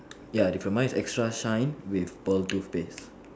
ya for mine is extra shine with pearl toothpaste